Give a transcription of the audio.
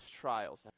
trials